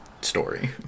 story